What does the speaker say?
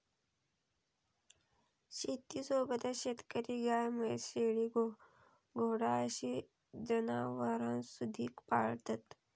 शेतीसोबतच शेतकरी गाय, म्हैस, शेळी, घोडा अशी जनावरांसुधिक पाळतत